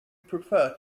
prefer